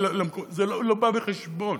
זה לא בא בחשבון.